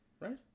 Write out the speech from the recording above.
right